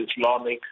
Islamic